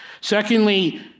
Secondly